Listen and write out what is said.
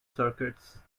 circuits